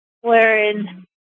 wherein